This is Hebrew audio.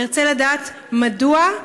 ארצה לדעת מדוע,